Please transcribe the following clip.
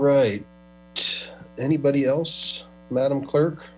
right anybody else madam clerk